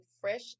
Fresh